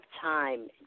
time